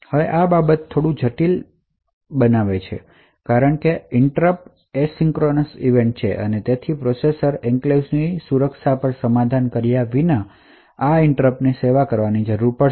હવે આ બાબતોને થોડુંક જટિલ બનાવે છે કારણ કે ઇન્ટ્રપટ એસિંક્રોનસ ઇવેન્ટ્સ છે અને પ્રોસેસરને એન્ક્લેવ્સ ની સુરક્ષા નું સમાધાન કર્યા વિના આ ઇન્ટ્રપટની સેવા કરવાની જરૂર પડશે